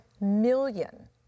million